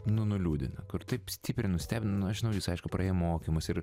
nu nuliūdina kur taip stipriai nustebina nu aš žinau jūs aišku praėję mokymus ir